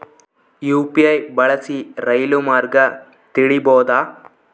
UPI ಬಳಸಿ ರೈಲು ಮಾರ್ಗ ತಿಳೇಬೋದ?